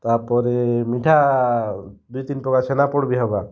ତା'ର୍ପରେ ମିଠା ଦୁଇ ତିନ୍ ପ୍ରକାର୍ ଛେନାପୋଡ଼ ବି ହେବା